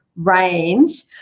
range